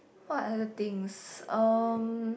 what are the things um